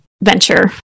venture